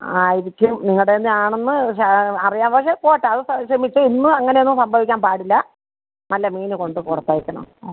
ആയിരിക്കും നിങ്ങളുടേയിൽ നിന്നാണെന്ന് അറിയാം പക്ഷെ പോട്ടെ അത് ക്ഷമിച്ച് ഇന്ന് അങ്ങനെ ഒന്നും സംഭവിക്കാൻ പാടില്ല നല്ല മീന് കൊണ്ട് കൊടുത്തയക്കണം അ